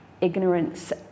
ignorance